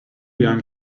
young